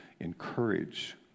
encourage